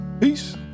Peace